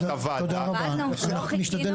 לא הייתה ועדה.